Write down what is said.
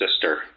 sister